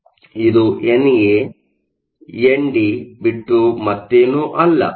ಅಂದರೆಇದು N A N D ಬಿಟ್ಟು ಮತ್ತೇನೂ ಅಲ್ಲ